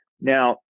Now